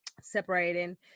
separating